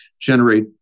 generate